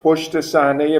پشتصحنهی